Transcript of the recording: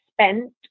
spent